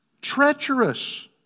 treacherous